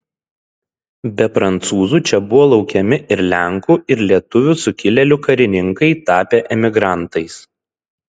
be prancūzų čia buvo laukiami ir lenkų ir lietuvių sukilėlių karininkai tapę emigrantais